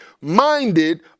minded